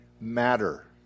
matter